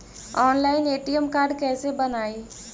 Online ATM card कैसे बनाई?